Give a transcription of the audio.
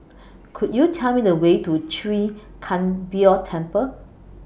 Could YOU Tell Me The Way to Chwee Kang Beo Temple